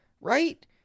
Right